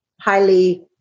highly